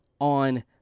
on